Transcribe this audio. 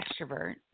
extrovert